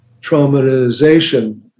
traumatization